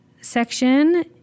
section